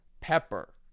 pepper